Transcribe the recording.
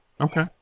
Okay